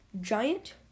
Giant